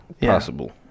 Possible